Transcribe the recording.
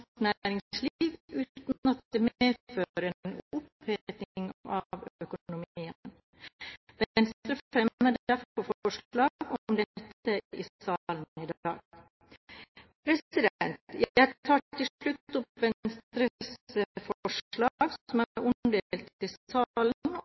næringsliv uten at det medfører en oppheting av økonomien. Venstre fremmer derfor forslag om dette i salen i dag. Jeg tar til slutt opp Venstres forslag, som er